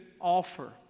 offer